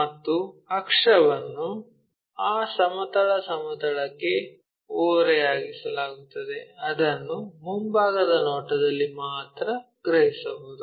ಮತ್ತು ಅಕ್ಷವನ್ನು ಆ ಸಮತಲ ಸಮತಲಕ್ಕೆ ಓರೆಯಾಗಿಸಲಾಗುತ್ತದೆ ಅದನ್ನು ಮುಂಭಾಗದ ನೋಟದಲ್ಲಿ ಮಾತ್ರ ಗ್ರಹಿಸಬಹುದು